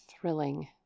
thrilling